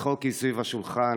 לצחוקים סביב השולחן,